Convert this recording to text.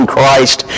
Christ